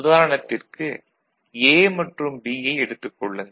உதாரணத்திற்கு A மற்றும் B யை எடுத்துக் கொள்ளுங்கள்